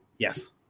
Yes